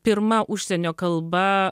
pirma užsienio kalba